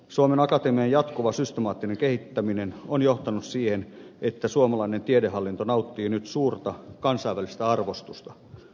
suomen akatemian jatkuva systemaattinen kehittäminen on johtanut siihen että suomalainen tiedehallinto nauttii nyt suurta kansainvälistä arvostusta